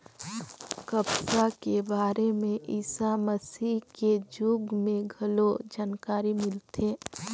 कपसा के बारे में ईसा मसीह के जुग में घलो जानकारी मिलथे